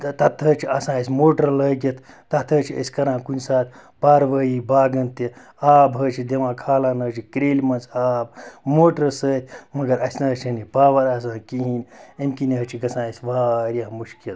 تہٕ تَتھ حظ چھِ آسان اَسہِ موٹَر لٲگِتھ تَتھ حظ چھِ أسۍ کَران کُنہِ ساتہٕ پَروٲیی باغَن تہِ آب حظ چھِ دِوان کھالان حظ چھِ کرٛیلہِ منٛز آب موٹرٕ سۭتۍ مگر اَسہِ نہ حظ چھَنہٕ یہِ پاوَر آسان کِہیٖنۍ اَمہِ کِنۍ حظ چھِ گژھان اَسہِ واریاہ مُشکِل